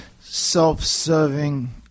Self-serving